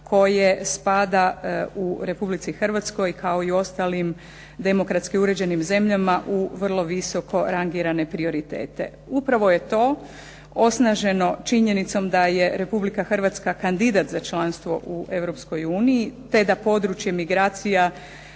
koje spada u Republici Hrvatskoj kao i u ostalim demokratski uređenim zemljama u vrlo visoko rangirane prioritete. Upravo je to osnaženo činjenicom da je Republika Hrvatska kandidat za članstvo u Europskoj uniji te da područje migracija